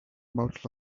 about